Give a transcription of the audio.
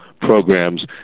programs